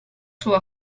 sua